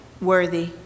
worthy